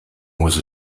was